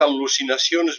al·lucinacions